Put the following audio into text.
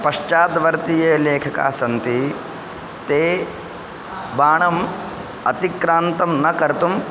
पश्चात् वर्तीये लेखका सन्ति ते बाणम् अतिक्रान्तं न कर्तुं